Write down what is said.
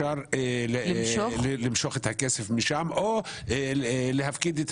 שאפשר למשוך את הכסף משם או להפקיד את